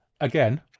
again